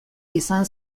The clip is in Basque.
izan